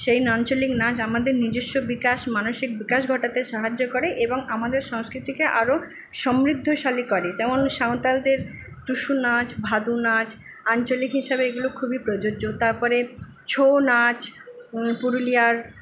সেই আঞ্চলিক নাচ আমাদের নিজস্ব বিকাশ মানসিক বিকাশ ঘটাতে সাহায্য করে এবং আমাদের সংস্কৃতিকে আরও সমৃদ্ধশালী করে যেমন সাঁওতালদের টুসু নাচ ভাদু নাচ আঞ্চলিক হিসাবে এগুলো খুবই প্রযোজ্য তারপরে ছৌ নাচ পুরুলিয়ার